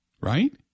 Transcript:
right